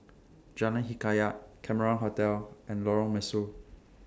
Jalan Hikayat Cameron Hotel and Lorong Mesu